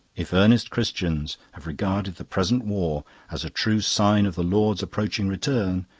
if earnest christians have regarded the present war as a true sign of the lord's approaching return,